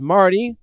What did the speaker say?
Marty